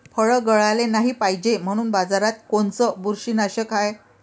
फळं गळाले नाही पायजे म्हनून बाजारात कोनचं बुरशीनाशक हाय?